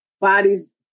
bodies